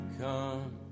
come